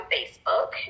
Facebook